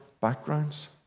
backgrounds